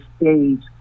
stage